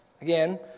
again